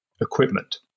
equipment